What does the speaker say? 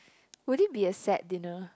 would it be a sad dinner